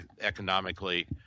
economically